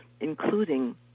including